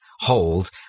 hold